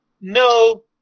No